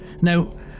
Now